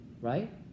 right